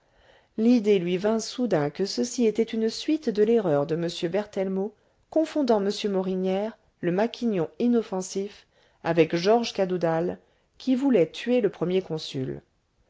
l'idée lui vint soudain que ceci était une suite de l'erreur de m berthellemot confondant m morinière le maquignon inoffensif avec georges cadoudal qui voulait tuer le premier consul